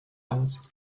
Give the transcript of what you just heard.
aus